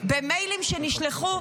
במיילים שנשלחו,